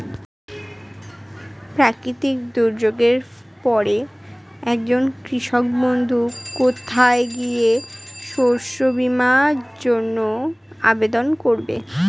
প্রাকৃতিক দুর্যোগের পরে একজন কৃষক বন্ধু কোথায় গিয়ে শস্য বীমার জন্য আবেদন করবে?